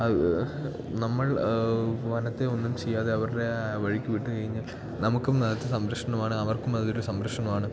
അത് നമ്മൾ വനത്തെ ഒന്നും ചെയ്യാതെ അവരുടെ ആ വഴിക്ക് വിട്ട് കഴിഞ്ഞാൽ നമുക്കും അത് സംരക്ഷണമാണ് അവർക്കും അതൊരു സംരക്ഷണമാണ്